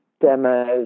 demos